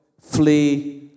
flee